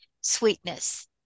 sweetness